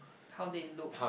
how they look